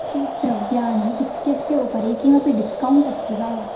cheese द्रव्याणि इत्यस्य उपरि किमपि डिस्कौण्ट् अस्ति वा